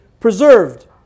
Preserved